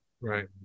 Right